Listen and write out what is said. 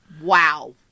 Wow